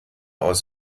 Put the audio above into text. aus